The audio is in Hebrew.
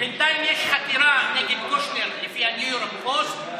בינתיים יש חקירה נגד קושנר, לפי הניו יורק פוסט,